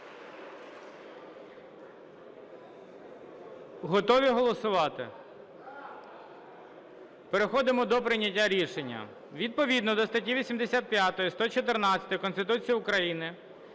Готові голосувати? Переходимо до прийняття рішення. Відповідно до статті 85, 114 Конституції України